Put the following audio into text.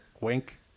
Wink